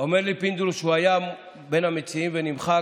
אומר לי פינדרוס שהוא היה בין המציעים ונמחק.